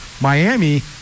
Miami